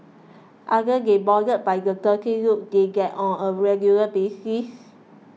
aren't they bothered by the dirty looks they get on a regular basis